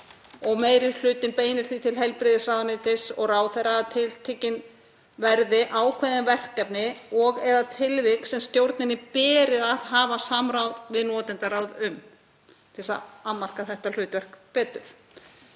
Meiri hlutinn beinir því til heilbrigðisráðuneytis og ráðherra að tiltekin verði ákveðin verkefni og/eða tilvik sem stjórninni beri að hafa samráð við notendaráð um, til að afmarka þetta hlutverk betur.